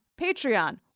Patreon